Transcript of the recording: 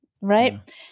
Right